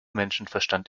menschenverstand